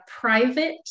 private